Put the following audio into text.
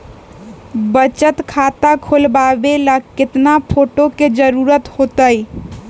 बचत खाता खोलबाबे ला केतना फोटो के जरूरत होतई?